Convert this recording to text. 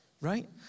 right